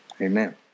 Amen